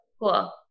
Cool